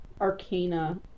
Arcana